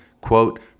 quote